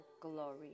glory